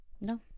No